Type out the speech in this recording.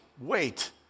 wait